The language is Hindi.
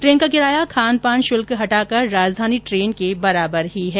ट्रेन का किराया खानपान शुल्क हटाकर राजधानी ट्रेन के बराबर ही है